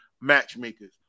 matchmakers